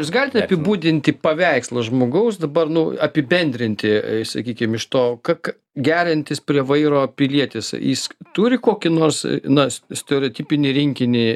jūs galite apibūdinti paveikslą žmogaus dabar nu apibendrinti e sakykim iš to ka ka geriantis prie vairo pilietis jis turi kokį nors nas stereotipinį rinkinį